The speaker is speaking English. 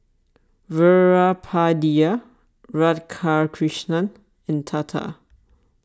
Veerapandiya Radhakrishnan and Tata